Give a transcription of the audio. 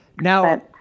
Now